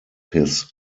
his